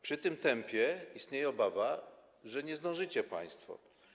Przy tym tempie istnieje obawa, że nie zdążycie państwo.